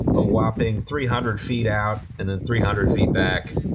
a whopping three hundred feet out, and then three hundred feet back.